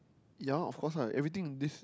ya lar of course lah everything in this